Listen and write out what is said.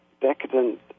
decadent